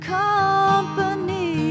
company